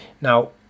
Now